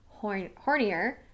hornier